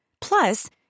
Plus